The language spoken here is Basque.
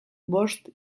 bost